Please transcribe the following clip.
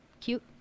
cute